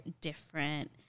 different